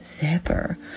zipper